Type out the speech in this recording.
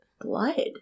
blood